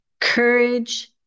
courage